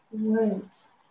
words